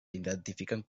identifiquen